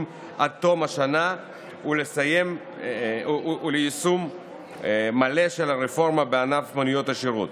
עד תום השנה וליישום מלא של הרפורמה בענף מוניות השירות.